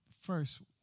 first